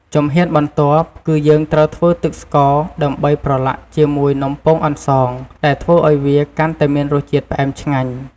ជំហានបន្ទាប់ គឺយើងត្រូវធ្វើទឹកស្ករដើម្បីប្រឡាក់ជាមួយនំពងអន្សង ដែលធ្វើឱ្យវាកាន់តែមានរសជាតិផ្អែមឆ្ងាញ់។